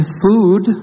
food